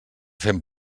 fem